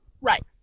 Right